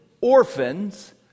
orphans